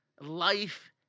life